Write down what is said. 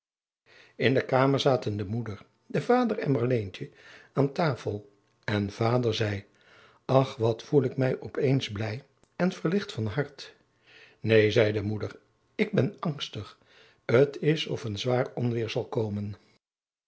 in de kamer zaten de moeder de vader en marleentje aan tafel en de vader zei ach wat voel ik mij op eens blij en verlicht van hart neen zei de moeder ik ben angstig t is of er een zwaar onweer zal komen